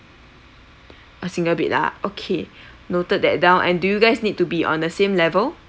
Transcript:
a single bed ah okay noted that down and do you guys need to be on the same level